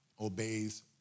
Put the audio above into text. obeys